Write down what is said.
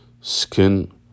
Skin